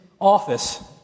office